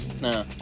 No